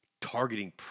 Targeting